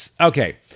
Okay